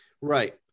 Right